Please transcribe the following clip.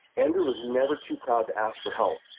ender was never too proud to ask for help,